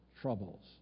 troubles